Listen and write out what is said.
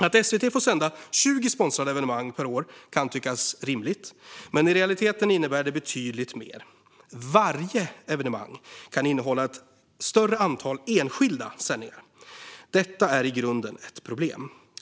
Att SVT får sända 20 sponsrade evenemang per år kan tyckas rimligt, men i realiteten innebär det betydligt mer. Varje evenemang kan innehålla ett större antal enskilda sändningar. Detta är i grunden ett problem.